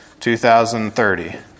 2030